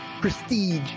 prestige